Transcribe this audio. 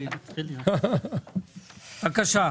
בבקשה.